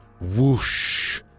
whoosh